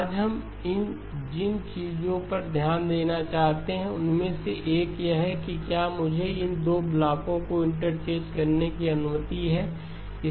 आज हम जिन चीजों पर ध्यान देना चाहते हैं उनमें से एक यह है कि क्या मुझे इन 2 ब्लॉकों को इंटरचेंज करने की अनुमति है